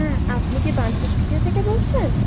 হ্যাঁ আপনি কি বানসাল স্টুডিও থেকে বলছেন